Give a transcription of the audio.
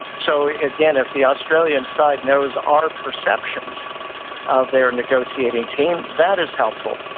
so again, if the australian side knows our perceptions of their negotiating team, that is helpful.